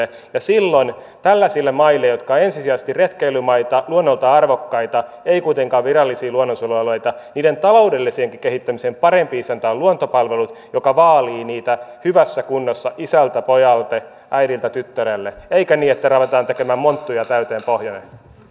ja silloin tällaisten maiden jotka ovat ensisijaisesti retkeilymaita luonnoltaan arvokkaita eivät kuitenkaan virallisia luonnonsuojelualueita taloudelliseenkin kehittämiseen parempi isäntä on luontopalvelut joka vaalii niitä hyvässä kunnossa isältä pojalle äidiltä tyttärelle eikä niin että ruvetaan tekemään pohjoinen monttuja täyteen